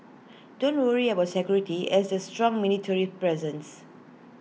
don't worry about security as there's strong military presence